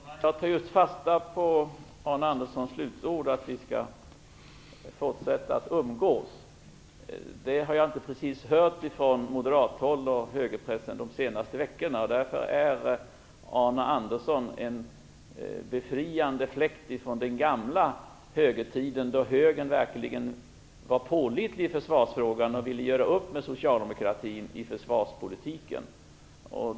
Herr talman! Jag tog fasta på Arne Anderssons slutord att vi skall fortsätta att umgås. Det har jag inte precis hört från moderathåll och högerpressen de senaste veckorna. Därför är Arne Andersson en befriande fläkt från den gamla högertiden då högern verkligen var pålitlig i försvarsfrågan och ville göra upp med socialdemokratin i försvarspolitiken.